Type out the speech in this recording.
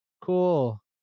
Cool